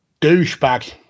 douchebag